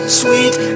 sweet